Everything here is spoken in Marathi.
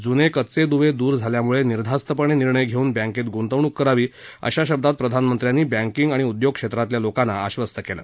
जुने कच्चे दुवे दूर झाल्यामुळे निर्धास्तपणे निर्णय घेऊन बँकेत गुंतवणूक करावी अशा शब्दात प्रधानमंत्र्यांनी बँकीग आणि उद्योग क्षेत्रातल्या लोकांना आश्वस्त केलं